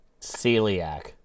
Celiac